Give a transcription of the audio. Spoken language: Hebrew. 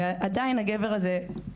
ועדיין, הגבר הזה,